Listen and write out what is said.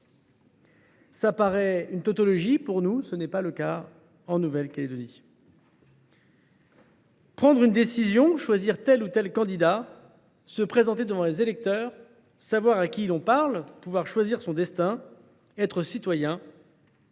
paraître tautologique, mais ce n’est pas le cas en Nouvelle Calédonie. Prendre une décision, choisir tel ou tel candidat, se présenter devant les électeurs, savoir à qui l’on parle, pouvoir choisir son destin, être citoyen,